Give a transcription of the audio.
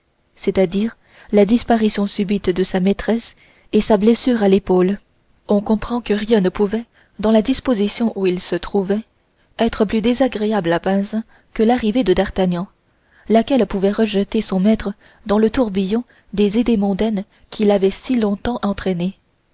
c'est-à-dire la disparition subite de sa maîtresse et sa blessure à l'épaule on comprend que rien ne pouvait dans la disposition où il se trouvait être plus désagréable à bazin que l'arrivée de d'artagnan laquelle pouvait rejeter son maître dans le tourbillon des idées mondaines qui l'avaient si longtemps entraîné